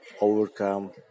overcome